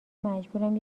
مجبورم